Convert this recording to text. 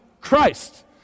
Christ